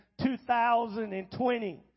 2020